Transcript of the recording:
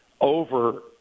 Over